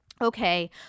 okay